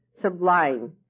sublime